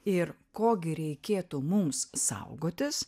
ir ko gi reikėtų mums saugotis